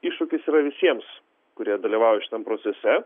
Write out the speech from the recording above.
iššūkis yra visiems kurie dalyvauja šitam procese